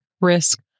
risk